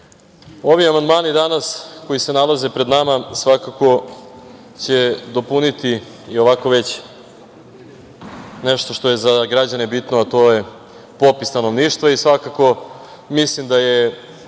ovi amandmani danas koji se nalaze pred nama, svakako će dopuniti i ovako već nešto što je za građane bitno, a to je popis stanovništva i svakako mislim da je